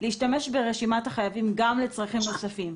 להשתמש ברשימת החייבים גם לצרכים נוספים,